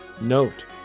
Note